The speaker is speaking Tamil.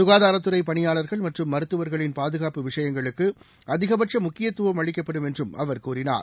சுகாதாரத்துறை பனியாளர்கள் மற்றும் மருத்துவர்களின் பாதுகாப்பு விஷயங்களுக்கு அதிகபட்ச முக்கியத்துவம் அளிக்கப்படும் என்றும் அவர் கூறினார்